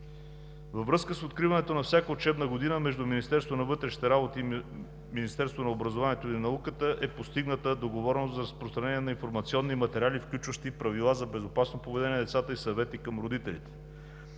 Във връзка с откриването на всяка учебна година между Министерството на вътрешните работи и Министерството на образованието и науката е постигната договореност за разпространение на информационни материали, включващи правила за безопасно поведение на децата и съвети към родителите.